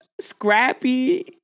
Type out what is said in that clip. scrappy